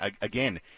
again